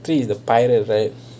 three is the pirate right